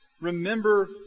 remember